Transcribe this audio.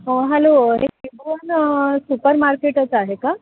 hello हे Tribhuvan super मार्केटच आहे का